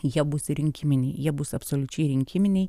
jie bus rinkiminiai jie bus absoliučiai rinkiminiai